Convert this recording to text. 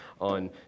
on